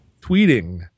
tweeting